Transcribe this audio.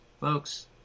Folks